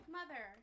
Mother